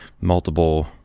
multiple